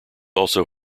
also